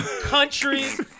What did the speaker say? countries